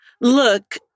Look